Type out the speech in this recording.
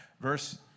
Verse